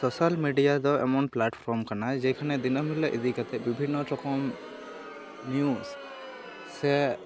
social media ᱫᱚ ᱮᱢᱚᱱ platform ᱠᱟᱱᱟ ᱡᱮᱠᱷᱟᱱᱮ ᱫᱤᱱᱟᱹᱢ ᱦᱤᱞᱳᱜ ᱤᱫᱤ ᱠᱟᱛᱮᱫ ᱵᱤᱵᱷᱤᱱᱱᱚ ᱨᱚᱠᱚᱢ ᱱᱤᱭᱩᱡ ᱥᱮ